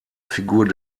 figur